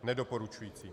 Nedoporučující.